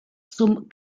zum